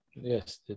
Yes